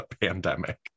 pandemic